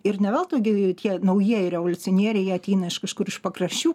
ir ne veltui gi tie naujieji revoliucionieriai jie ateina iš kažkur iš pakraščių